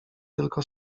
tylko